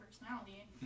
personality